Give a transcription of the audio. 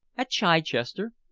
at chichester.